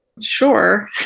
Sure